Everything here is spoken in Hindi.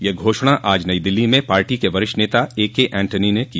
यह घोषणा आज नई दिल्ली में पार्टी के वरिष्ठ नेता एके एंटोनी ने की